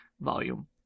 volume